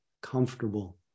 comfortable